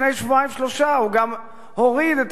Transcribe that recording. לפני שבועיים-שלושה הוא גם הוריד את